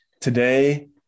today